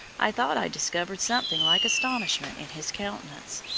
i thought i discovered something like astonishment in his countenance.